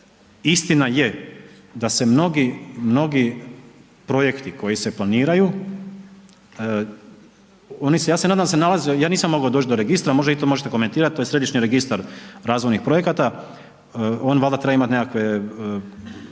Istina je da se mnogi, mnogi projekti koji se planiraju, oni se, ja se nadam da se nalaze, ja nisam mogao doći do registra, možda i to možete komentirati to je Središnji registar razvojnih projekata, on valjda treba imati nekakve ključeve